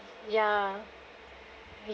ya